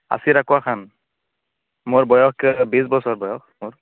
আছিৰ একুৱা খান মোৰ বয়স বিশ বছৰ বয়স মোৰ